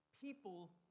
people